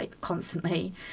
constantly